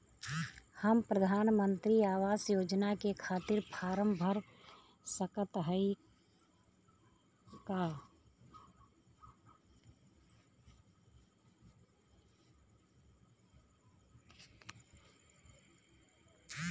हम प्रधान मंत्री आवास योजना के खातिर फारम भर सकत हयी का?